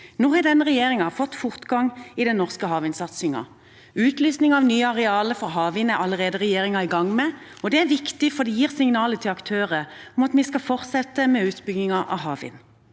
Nå har denne regjeringen fått fortgang i den norske havvindsatsingen. Utlysning av nye arealer for havvind er regjeringen allerede i gang med, og det er viktig, for det gir signaler til aktører om at vi skal fortsette med utbyggingen av havvind.